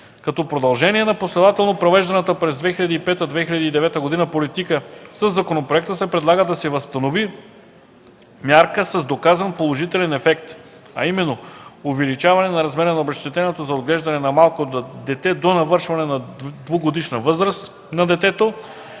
Като продължение на последователно провежданата през 2005 2009 г. политика, със законопроекта се предлага да се възстанови мярка с доказан положителен ефект, а именно увеличаване на размера на обезщетението за отглеждане на малко дете до навършването на двегодишна възраст на детето